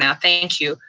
and thank you,